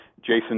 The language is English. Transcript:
Jason